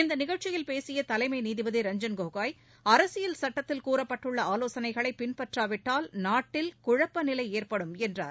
இந்த நிகழ்ச்சியில் பேசிய தலைமை நீதிபதி ரஞ்சன் கோகோய் அரசியல் சுட்டத்தில் கூறப்பட்டுள்ள ஆலோசனைகளை பின்பற்றாவிட்டால் நாட்டில் குழப்ப நிலை ஏற்படும் என்றார்